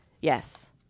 Yes